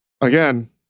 again